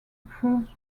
proved